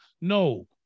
no